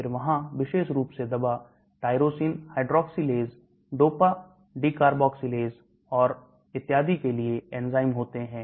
फिर वहां विशेष रूप से दवा tyrosine hydro xylase dopa decarboxylase और इत्यादि के लिए एंजाइम होते हैं